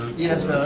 yes